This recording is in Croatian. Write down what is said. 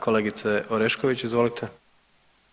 Kolegice Orešković, izvolite.